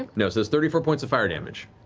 like no, so it's thirty four points of fire damage.